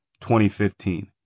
2015